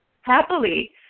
Happily